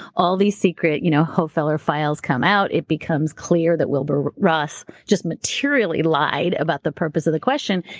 all these secret you know hofeller files come out, it becomes clear that wilbur ross just materially lied about the purpose of the question.